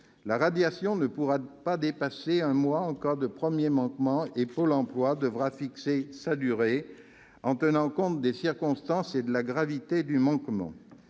La radiation ne pourra dépasser un mois en cas de premier manquement, et Pôle emploi devra fixer sa durée en tenant compte des circonstances et de la gravité du manquement,